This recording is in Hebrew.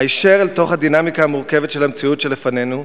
היישר אל תוך הדינמיקה המורכבת של המציאות שלפנינו,